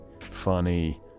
funny